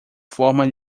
forma